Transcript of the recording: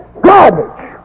Garbage